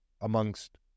amongst